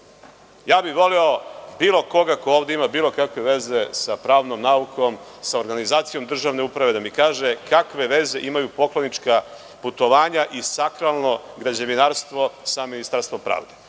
bih molio bilo koga ko ovde ima bilo kakve veze sa pravnom naukom, sa organizacijom državne uprave da mi kaže kakve veze imaju poklonička putovanja i sakralno građevinarstvo sa Ministarstvom pravde,